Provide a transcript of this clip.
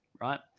right